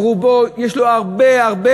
רובו או כולו,